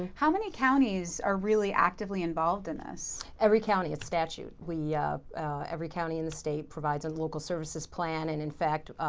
how many counties are really actively involved in this? every county. it's statute. every county in the state provides a local services plan. and in fact,